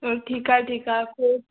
त ठीकु आहे ठीकु आहे पोइ